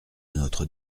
notre